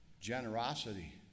Generosity